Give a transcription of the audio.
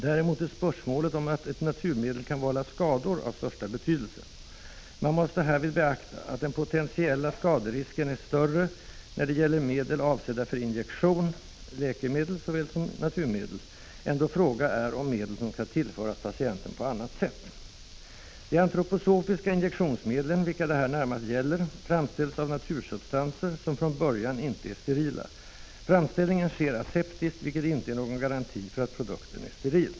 Däremot är spörsmålet om att ett naturmedel kan vålla skador av största betydelse. Man måste härvid beakta, att den potentiella skaderisken är större, när det gäller medel avsedda för injektion — läkemedel såväl som naturmedel — än då fråga är om medel som skall tillföras patienten på annat sätt. ——— De antroposofiska injektionsmedlen — vilka det här närmast gäller — framställs av natursubstanser som från början inte är sterila. Framställningen sker aseptiskt, vilket inte är någon garanti för att produkten är steril.